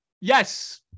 Yes